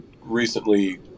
recently